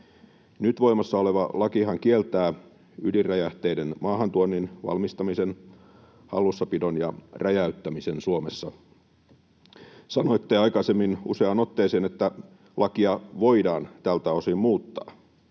Nyt voimassa oleva lakihan kieltää ydinräjähteiden maahantuonnin, valmistamisen, hallussapidon ja räjäyttämisen Suomessa. Sanoitte aikaisemmin useaan otteeseen, että lakia voidaan tältä osin muuttaa,